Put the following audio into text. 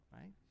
Right